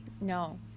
No